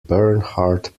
bernhard